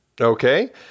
Okay